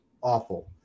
awful